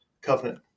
covenant